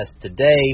today